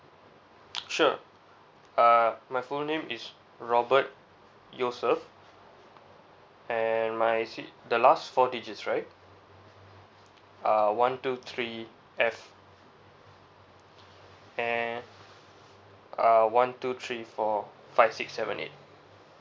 sure uh my full name is robert joseph and my C the last four digits right uh one two three F and uh one two three four five six seven eight